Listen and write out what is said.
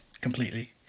completely